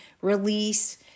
release